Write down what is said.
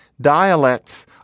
dialects